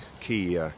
key